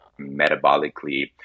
metabolically